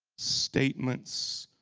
statements,